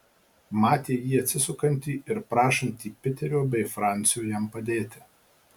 matė jį atsisukantį ir prašantį piterio bei francio jam padėti